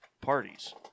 parties